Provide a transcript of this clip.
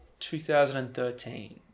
2013